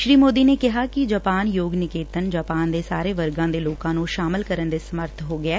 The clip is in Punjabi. ਸ੍ਰੀ ਮੋਦੀ ਨੇ ਕਿਹਾ ਕਿ ਜਪਾਨ ਯੋਗ ਨਿਕੇਤਨ ਜਪਾਨ ਦੇ ਸਾਰੇ ਵਰਗਾਂ ਦੇ ਲੋਕਾਂ ਨੂੰ ਸ਼ਾਮਲ ਕਰਨ ਦੇ ਸਮਰਥ ਹੋ ਗਿਐ